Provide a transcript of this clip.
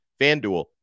FanDuel